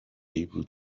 able